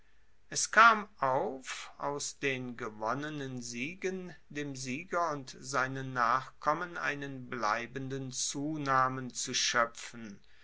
es kam auf aus den gewonnenen siegen dem sieger und seinen nachkommen einen bleibenden zunamen zu schoepfen